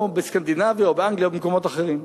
או בסקנדינביה או באנגליה או במקומות אחרים.